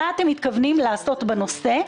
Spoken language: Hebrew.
מה אתם מתכוונים לעשות בנושא?